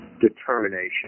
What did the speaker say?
determination